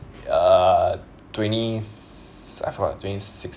uh twenty s~ I forgot twenty sixteen